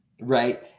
right